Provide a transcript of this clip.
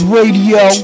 Radio